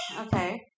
okay